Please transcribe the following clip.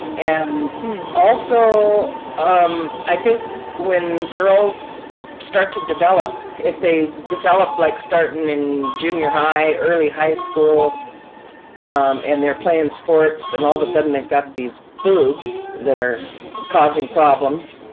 and also um i think when girls start to develop if they develop like starting in in junior high, early high school um and they're playing sports and all of a sudden they've got these boobs that are causing problems,